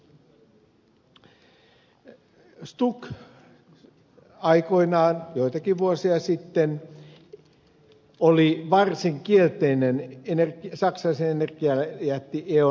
stuk aikoinaan joitakin vuosia sitten oli varsin kielteinen saksalaisen energiajätti e